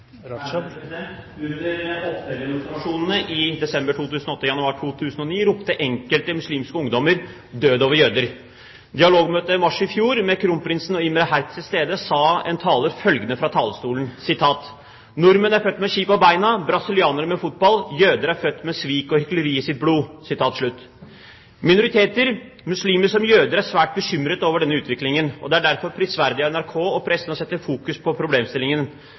januar 2009 ropte enkelte muslimske ungdommer: Død over jøder! På dialogmøtet i mars i fjor, med kronprinsen og Imre Hercz til stede, sa en taler følgende fra talerstolen: Nordmenn er født med ski på beina, brasilianerne med fotball, jøder er født med svik og hykleri i sitt blod. Minoriteter, muslimer som jøder, er svært bekymret over denne utviklingen. Det er derfor prisverdig av NRK og pressen å fokusere på problemstillingen.